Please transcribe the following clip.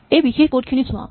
এই বিশেষ কড খিনি চোৱা